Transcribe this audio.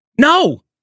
No